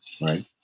right